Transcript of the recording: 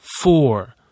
Four